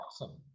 awesome